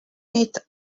meet